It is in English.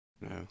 No